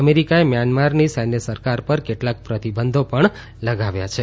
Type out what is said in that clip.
અમેરિકાએ મ્યાનમારની સૈન્ય સરકાર પર કેટલાંક પ્રતિબંધો પણ લગાવ્યા છે